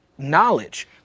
Knowledge